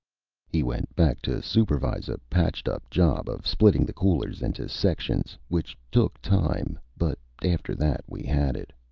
he went back to supervise a patched-up job of splitting the coolers into sections, which took time. but after that, we had it.